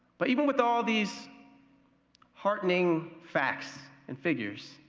but even with all these heartening facts and figures,